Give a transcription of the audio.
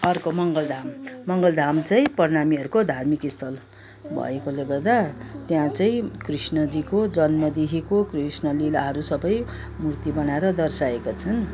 अर्को मङ्गल धाम मङ्गल धाम चाहिँ प्रणामीहरूको धार्मिक स्थल भएकोले गर्दा त्यहाँ चाहिँ कृष्णजीको जन्म देखिको कृष्णलीलाहरू सबै मुर्ति बनाएर दर्शाएको छन